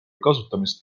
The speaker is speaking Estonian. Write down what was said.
kasutamist